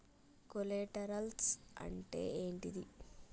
Collaterals అంటే ఏంటిది?